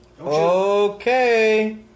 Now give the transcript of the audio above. Okay